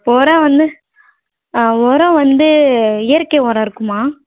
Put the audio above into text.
உரோம் வந்து உரோம் வந்து இயற்கை உரோம் இருக்குமா